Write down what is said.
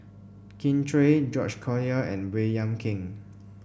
Kin Chui George Collyer and Baey Yam Keng